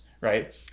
right